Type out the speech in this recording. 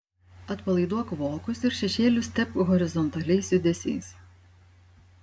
atpalaiduok vokus ir šešėlius tepk horizontaliais judesiais